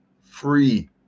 free